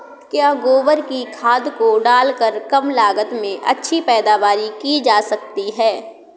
क्या गोबर की खाद को डालकर कम लागत में अच्छी पैदावारी की जा सकती है?